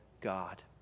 God